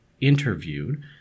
interviewed